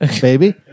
baby